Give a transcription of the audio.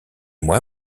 moi